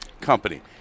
company